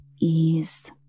ease